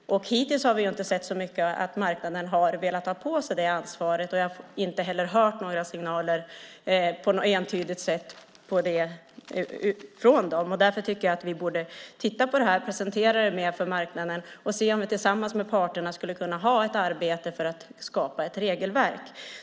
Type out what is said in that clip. Hittills har vi inte sett så mycket att marknaden har velat ta på sig det ansvaret och jag har inte heller hört några entydiga signaler från dem. Därför borde vi titta på detta och presentera detta för marknaden. Vi kan se om vi tillsammans med parterna kan arbeta för att skapa ett regelverk.